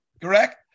Correct